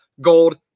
gold